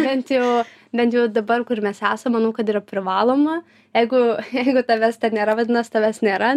bent jau bent jau dabar kur mes esam manau kad yra privaloma jeigu jeigu tavęs ten nėra vadinas tavęs nėra